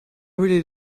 really